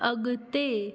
अॻिते